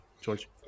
George